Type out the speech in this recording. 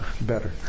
Better